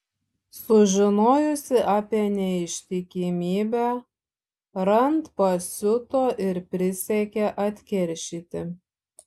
sužinojusi apie neištikimybę rand pasiuto ir prisiekė atkeršyti